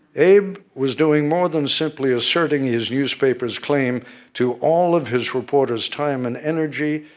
abe was doing more than, simply, asserting his newspaper's claim to all of his reporters' time and energy.